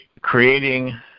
creating